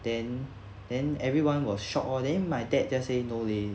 then then everyone was shock oh then my dad just say no leh